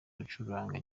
gucuranga